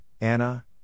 Anna